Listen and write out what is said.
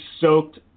soaked